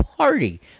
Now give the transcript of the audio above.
party